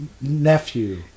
nephew